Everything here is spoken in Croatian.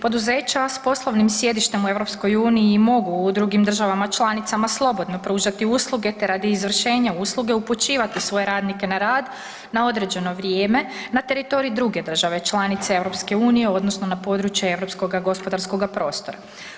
Poduzeća s poslovnim sjedištem u EU mogu u drugim državama članicama slobodno pružati usluge, te radi izvršenja usluge upućivati svoje radnike na rad na određeno vrijeme na teritorij druge države članice EU odnosno na područje Europskoga gospodarskoga prostora.